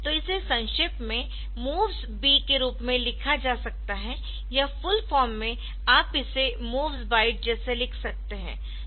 तो इसे संक्षेप में MOVSB के रूप में भी लिखा जा सकता है या फुल फॉर्म में आप इसे MOVS Byte जैसे लिख सकते है